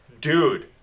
dude